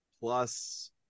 plus